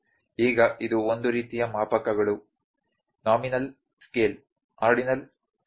ಈಗ ಇದು ಒಂದು ರೀತಿಯ ಮಾಪಕಗಳು ನೋಮಿನಲ್ ಸ್ಕೇಲ್ ಆರ್ಡಿನಲ್ ಸ್ಕೇಲ್